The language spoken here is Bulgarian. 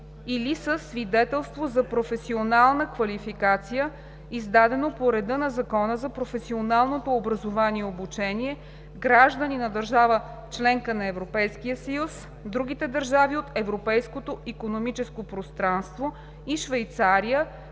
или със свидетелство за професионална квалификация, издадено по реда на Закона за професионалното образование и обучение, граждани на държава – членка на Европейския съюз, другите държави от Европейското икономическо пространство и Швейцария,